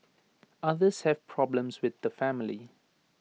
others have problems with the family